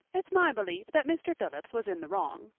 it's my belief that mr. phillips was in the wrong.